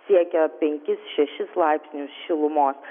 siekia penkis šešis laipsnius šilumos